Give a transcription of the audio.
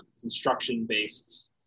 construction-based